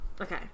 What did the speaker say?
Okay